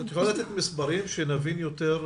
את יכולה לתת מספרים כדי שנוכל להבין יותר?